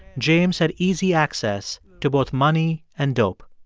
james had easy access to both money and dope.